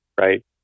right